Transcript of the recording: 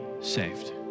saved